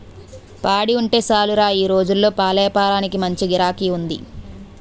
పాడి ఉంటే సాలురా ఈ రోజుల్లో పాలేపారానికి మంచి గిరాకీ ఉంది